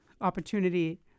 opportunity